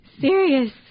serious